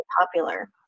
popular